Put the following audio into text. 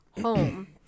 home